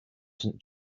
saint